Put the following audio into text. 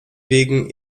wegen